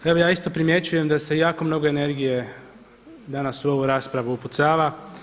Evo ja isto primjećujem da se jako mnogo energije danas u ovu raspravu upucava.